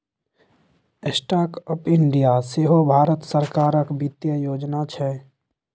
startup India सेहो भारत सरकारक बित्तीय योजना छै